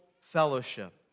fellowship